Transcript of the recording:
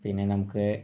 പിന്നെ നമുക്ക്